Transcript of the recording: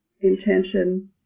intention